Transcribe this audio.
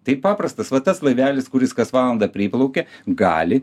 tai paprastas va tas laivelis kuris kas valandą priplaukia gali